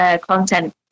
content